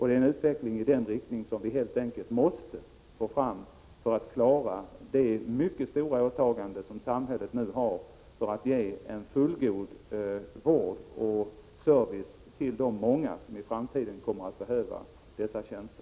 Det är en utveckling i denna riktning som vi helt enkelt måste få fram för att klara det mycket stora åtagande som samhället har för att ge en fullgod vård och service till de många som i framtiden kommer att behöva dessa tjänster.